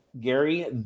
Gary